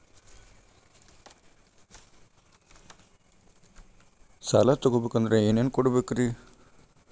ಸಾಲ ತೊಗೋಬೇಕಂದ್ರ ಏನೇನ್ ಕೊಡಬೇಕ್ರಿ?